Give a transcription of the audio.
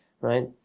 right